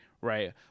right